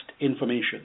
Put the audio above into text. information